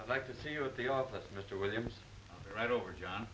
the like to see you at the office mr williams right over john